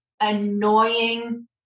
annoying